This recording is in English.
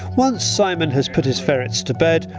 once simon has put his ferrets to bed,